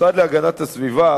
המשרד להגנת הסביבה